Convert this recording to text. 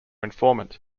informant